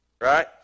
right